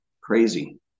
Crazy